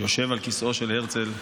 שיושב על כיסאו של הרצל,